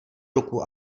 ruku